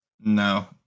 No